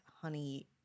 honey